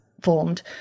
formed